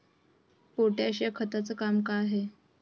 Potash या खताचं काम का हाय?